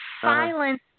silence